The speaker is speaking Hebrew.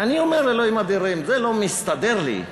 ואני אומר, אלוהים אדירים, זה לא מסתדר לי.